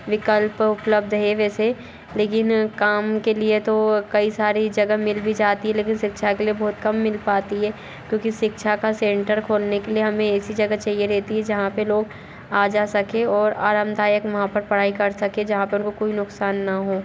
विकल्प उपलब्ध है वैसे लेकिन काम के लिए तो कई सारी जगह मिल भी जाती है लेकिन शिक्षा के लिए बहुत कम मिल पाती है क्योंकि शिक्षा का सेंटर खोलने के लिए हमें ऐसी जगह चाहिए रहती है जहाँ पर लोग आ जा सके और आरामदायक वहाँ पर पढ़ाई कर सके जहाँ पर वह कोई नुकसान न हो